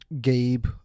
Gabe